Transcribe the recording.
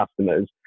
customers